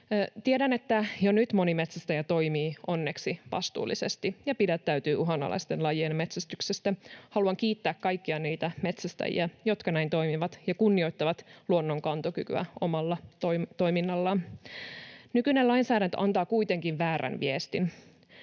Tiedän, että jo nyt moni metsästäjä toimii onneksi vastuullisesti ja pidättäytyy uhanalaisten lajien metsästyksestä. Haluan kiittää kaikkia niitä metsästäjiä, jotka näin toimivat ja kunnioittavat luonnon kantokykyä omalla toiminnallaan. Nykyinen lainsäädäntö antaa kuitenkin väärän viestin